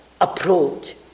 approach